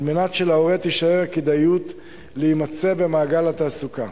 על מנת שלהורה תישאר כדאיות להימצא במעגל התעסוקה.